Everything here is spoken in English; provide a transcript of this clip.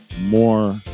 more